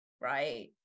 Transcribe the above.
right